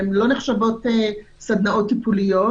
הן לא נחשבות סדנאות טיפוליות,